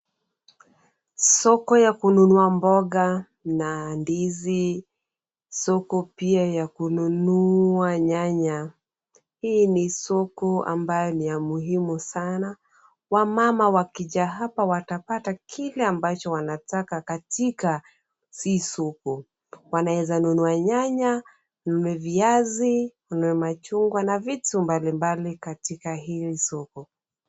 Soko ya kununua mboga na ndizi, soko pia ya kunua nyanya. Hii ni soko ambayo ni ya muhimu sana, wamama wakija hapa watapata kila ambacho wanataka kwa hii soko. Wanaeza nunua nyanya, viazi, machungwa na vitu mbalimbali katika hii soko.